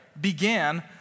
began